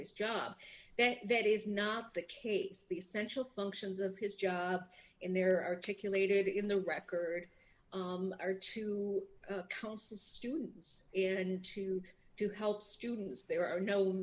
his job that that is not the case the essential functions of his job in there articulated in the record are to counsel students and to to help students there are no